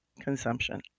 consumption